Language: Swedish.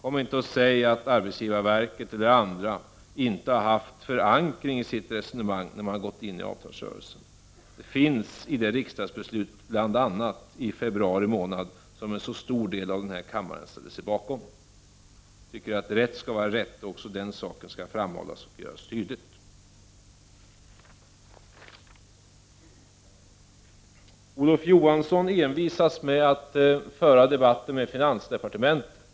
Kom inte och säg att arbetsgivarverket eller andra inte har haft förankring i sitt resonemang när de har gått in i avtalsrörelsen! Detta finns bl.a. i det riksdagsbeslut som fattades i februari månad och som en stor del av denna kammares ledamöter ställde sig bakom. Jag tycker att rätt skall vara rätt och att också den saken skall framhållas och göras tydlig. Olof Johansson envisas med att föra debatten med finansdepartementet.